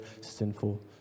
sinful